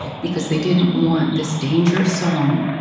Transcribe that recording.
because they didn't want this dangerous song,